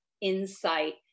insight